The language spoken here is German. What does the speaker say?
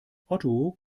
otto